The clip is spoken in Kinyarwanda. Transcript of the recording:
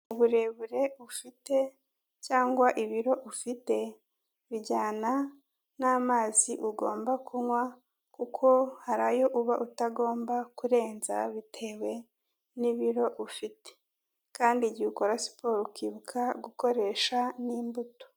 Uburebure ufite cyangwa ibiro ufite bijyana n'amazi ugomba kunywa kuko harayo uba utagomba kurenza bitewe n'ibiro ufite kandi igihe ukora siporo ukibuka gukoresha n'imbuto.